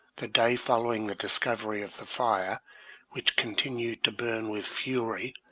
the day following the discovery of the fire which continued to burn with fury,